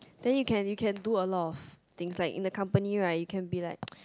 then you can you can do a lot of things like in a company right you can be like